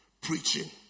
preaching